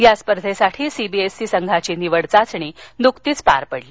या स्पर्धेसाठी सीबीएसईच्या संघाची निवड चाचणी नुकतीच झाली